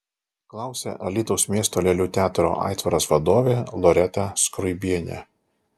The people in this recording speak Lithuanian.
klausia alytaus miesto lėlių teatro aitvaras vadovė loreta skruibienė